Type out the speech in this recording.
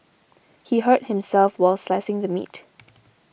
he hurt himself while slicing the meat